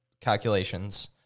calculations